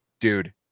dude